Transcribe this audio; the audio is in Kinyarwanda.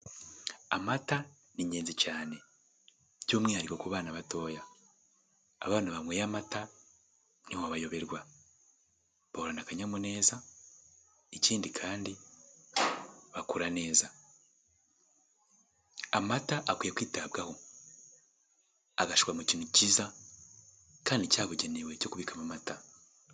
Amata ni ingenzi cyane by'umwihariko ku bana batoya, abana banyweye amata ntiwabayoberwa bahorana akanyamuneza ikindi kandi bakura neza, amata akwiye kwitabwaho agashyirwa mu kintu cyiza kandi cyabugenewe cyo kubikamo amata.